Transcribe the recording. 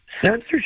censorship